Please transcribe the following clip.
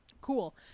cool